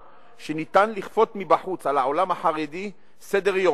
שאפשר לכפות מבחוץ על העולם החרדי סדר-יום,